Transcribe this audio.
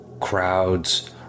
Crowds